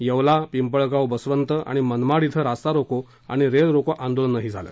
येवला पिंपळगाव बसवंत आणि मनमाड कें रास्ता रोको आणि रेल रोको आंदोलनं झाली